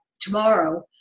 tomorrow